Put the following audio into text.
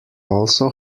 also